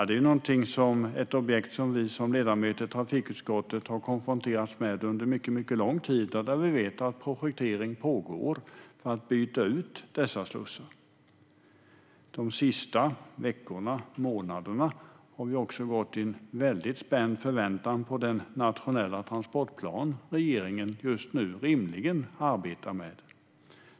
Det är ett objekt som vi ledamöter i trafikutskottet har konfronterats med under mycket lång tid, och vi vet att projektering pågår för att byta ut dessa slussar. De senaste veckorna och månaderna har vi också gått i spänd förväntan på den nationella transportplan som regeringen just nu rimligen arbetar med.